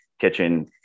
kitchen